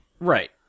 Right